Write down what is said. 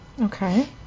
Okay